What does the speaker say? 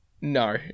No